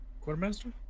Quartermaster